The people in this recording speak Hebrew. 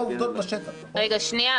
אלו העובדות בשטח, נכון?